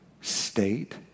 state